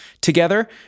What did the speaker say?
together